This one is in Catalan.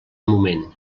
moment